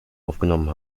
aufgenommen